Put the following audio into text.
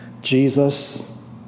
Jesus